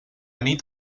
nit